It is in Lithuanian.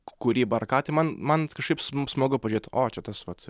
kūrybą ar ką tai man man kažkaip sm smagu pažiūrėt o čia tas vat